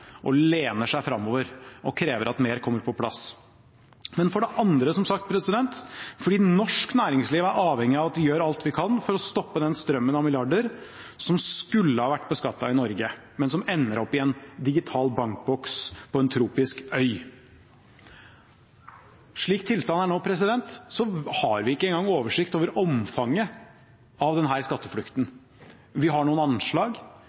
offensive, lener seg framover og krever at mer kommer på plass, for det andre fordi norsk næringsliv som sagt er avhengig av at vi gjør alt vi kan for å stoppe den strømmen av milliarder som skulle ha vært beskattet i Norge, men som ender opp i en digital bankboks på en tropisk øy. Slik tilstanden er nå, har vi ikke engang oversikt over omfanget av denne skatteflukten. Vi har noen anslag,